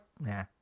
nah